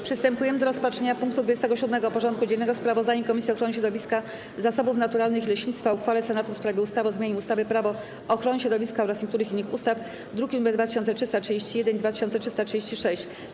Przystępujemy do rozpatrzenia punktu 27. porządku dziennego: Sprawozdanie Komisji Ochrony Środowiska, Zasobów Naturalnych i Leśnictwa o uchwale Senatu w sprawie ustawy o zmianie ustawy - Prawo ochrony środowiska oraz niektórych innych ustaw (druki nr 2331 i 2336)